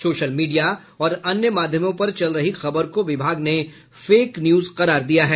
social media और अन्य माध्यमों पर चल रही खबर को विभाग ने फेक न्यूज करार दिया है